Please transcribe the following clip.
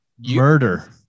Murder